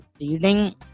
reading